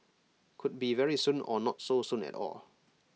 could be very soon or not so soon at all